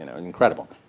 and and incredible.